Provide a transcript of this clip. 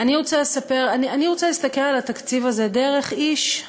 אני רוצה להסתכל על התקציב הזה דרך איש,